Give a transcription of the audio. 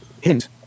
Hint